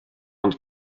ond